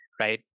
right